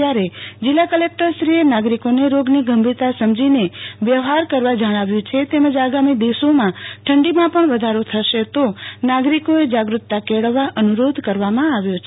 ત્યારે જીલ્લા કલેકટર શ્રી એ નાગરિકોને રોગ અંગેની ગંભીરતા સમજીને વ્યવહાર કરવા જણાવ્યું છે તેમજ આગામી દિવસોમાં ઠંડીમાં પણ વધારો થશે તો નાગરિકોને જાગરૂકતા કેળવવા અનુરોધ કરવામાં આવ્યો છે